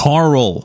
Carl